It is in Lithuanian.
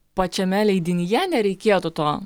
pačiame leidinyje nereikėtų to